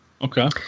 Okay